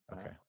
okay